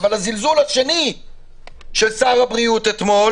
אבל הזלזול השני של שר הבריאות אתמול